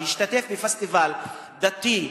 שהשתתף בפסטיבל דתי.